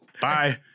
Bye